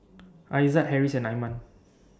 Aizat Harris and Iman